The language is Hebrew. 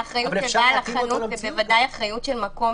האחריות היא על בעל החנות ובוודאי אחריות של מקום